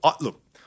look